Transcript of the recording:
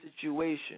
situation